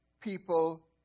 people